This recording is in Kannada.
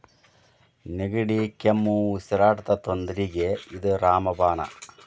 ನೆಗಡಿ, ಕೆಮ್ಮು, ಉಸಿರಾಟದ ತೊಂದ್ರಿಗೆ ಇದ ರಾಮ ಬಾಣ